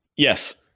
yes.